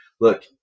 Look